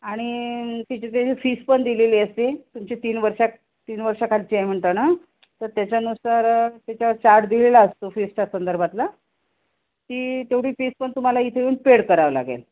आणि तिची त्याची फीस पण दिलेली असते तुमची तीन वर्षात तीनवर्षा खालची आहे म्हणता ना तर त्याच्यानुसार त्याच्यावर चार्ज दिलेला असतो फीसच्या संदर्भातला ती तेवढी फीस पण तुम्हाला इथे येऊन पेड करावं लागेल